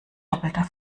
doppelter